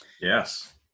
Yes